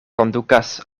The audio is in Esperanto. kondukas